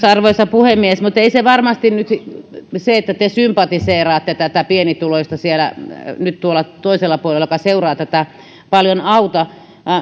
arvoisa puhemies se että te sympatiseeraatte nyt tätä pienituloista tuolla toisella puolella joka seuraa tätä ei varmasti nyt paljon auta